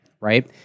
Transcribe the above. Right